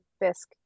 Fisk